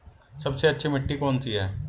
सबसे अच्छी मिट्टी कौन सी है?